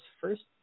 first